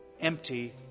empty